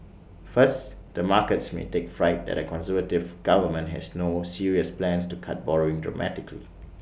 first the markets may take fright that A conservative government has no serious plans to cut borrowing dramatically